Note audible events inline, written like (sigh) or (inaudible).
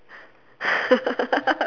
(laughs)